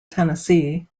tennessee